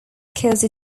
cause